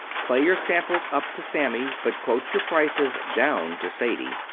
play your samples up to sammy, but quote your prices down to sadie.